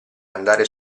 andare